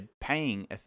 paying